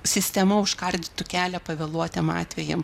sistema užkardytų kelią pavėluotiem atvejam